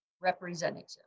representative